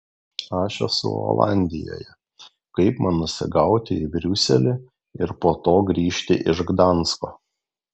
aš esu olandijoje kaip man nusigauti į briuselį ir po to grįžti iš gdansko